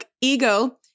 ego